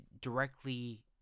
directly